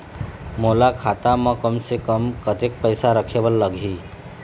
मोला खाता म कम से कम कतेक पैसा रखे बर लगही?